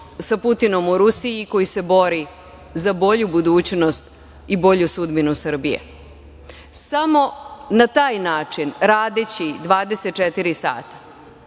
sa Putnimo u Rusiji i koji se bori za bolju budućnost i bolju sudbinu Srbije. Samo na taj način, radeći 24 sata,